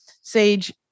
Sage